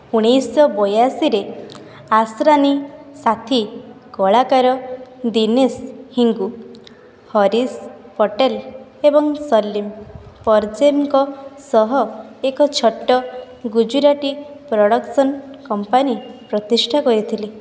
ଉଣେଇଶି ଶହ ବୟାଅଶୀରେ ଆସ୍ରାନୀ ସାଥୀ କଳାକାର ଦିନେଶ ହିଙ୍ଗୁ ହରିଶ୍ ପଟେଲ ଏବଂ ସଲିମ୍ ପରଜେନ୍ଙ୍କ ସହ ଏକ ଛୋଟ ଗୁଜରାଟୀ ପ୍ରଡ଼କ୍ସନ କମ୍ପାନୀ ପ୍ରତିଷ୍ଠା କରିଥିଲେ